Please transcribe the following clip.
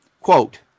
quote